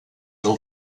del